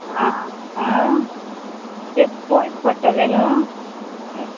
आं हां तें पयस पडटलें न्हूं